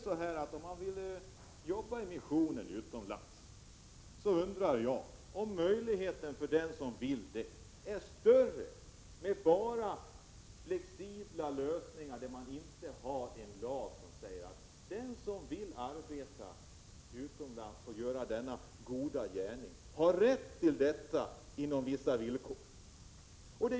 Sedan undrar jag om möjligheten för den som vill jobba i missionen utomlands är större, om det inte finns någon lag som säger att den som vill göra denna goda gärning har rätt till detta under vissa villkor.